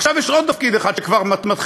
עכשיו יש עוד תפקיד אחד שכבר מתחילים,